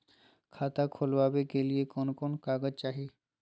खाता खोलाबे के लिए कौन कौन कागज चाही?